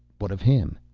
what of him?